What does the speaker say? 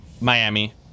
Miami